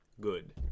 good